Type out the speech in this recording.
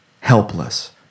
helpless